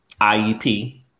IEP